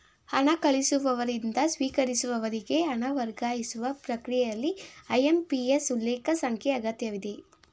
ಹಣ ಕಳಿಸುವವರಿಂದ ಸ್ವೀಕರಿಸುವವರಿಗೆ ಹಣ ವರ್ಗಾಯಿಸುವ ಪ್ರಕ್ರಿಯೆಯಲ್ಲಿ ಐ.ಎಂ.ಪಿ.ಎಸ್ ಉಲ್ಲೇಖ ಸಂಖ್ಯೆ ಅಗತ್ಯವಿದೆ